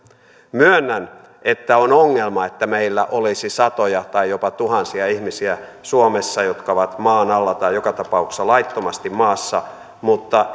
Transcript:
myönnän että on ongelma että meillä olisi satoja tai jopa tuhansia ihmisiä suomessa jotka ovat maan alla tai joka tapauksessa laittomasti maassa mutta